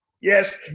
Yes